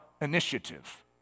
initiative